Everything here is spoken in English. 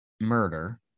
murder